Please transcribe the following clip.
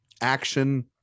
action